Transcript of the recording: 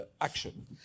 action